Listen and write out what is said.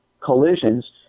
collisions